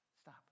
stop